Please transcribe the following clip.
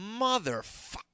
motherfucker